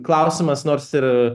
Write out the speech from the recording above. klausimas nors ir